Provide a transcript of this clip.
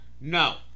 No